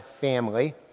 family